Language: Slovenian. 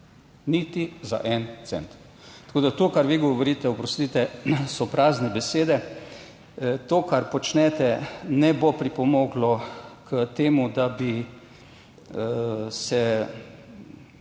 niti za en cent. Tako, da to kar vi govorite, oprostite, so prazne besede. To kar počnete ne bo pripomoglo k temu, da bi se